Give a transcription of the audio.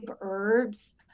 herbs